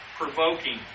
provoking